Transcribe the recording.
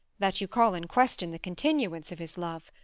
that you call in question the continuance of his love.